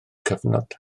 cyfnod